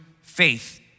faith